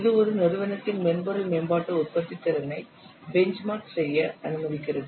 இது ஒரு நிறுவனத்தின் மென்பொருள் மேம்பாட்டு உற்பத்தித்திறனை பெஞ்ச் மார்க் செய்ய அனுமதிக்கிறது